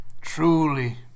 Truly